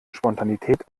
spontanität